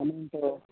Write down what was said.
amount